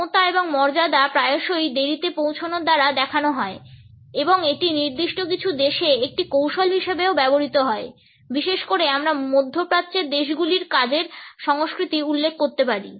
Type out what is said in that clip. ক্ষমতা এবং মর্যাদা প্রায়শই দেরিতে পৌঁছানোর দ্বারা দেখানো হয় এবং এটি নির্দিষ্ট কিছু দেশে একটি কৌশল হিসাবেও ব্যবহৃত হয় বিশেষ করে আমরা মধ্যপ্রাচ্যের দেশগুলির কাজের সংস্কৃতি উল্লেখ করতে পারি